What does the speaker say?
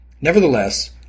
Nevertheless